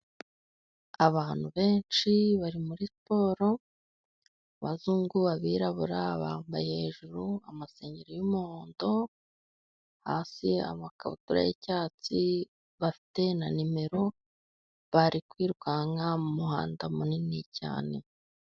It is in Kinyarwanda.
Abantu benshi bari muri siporo, abazungu, abirabura, bambaye hejuru amasengero y'umuhondo, hasi amakabutura y'icyatsi, bafite na numero, bari kwirukanka mu muhanda munini cyane.